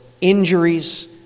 injuries